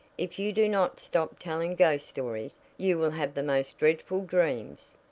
if you do not stop telling ghost stories you will have the most dreadful dreams.